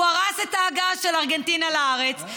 הוא הרס את ההגעה של ארגנטינה לארץ,